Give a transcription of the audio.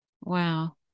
Wow